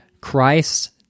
Christ